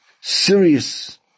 serious